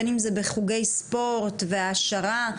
בין אם זה בחוגי ספורט והעשרה,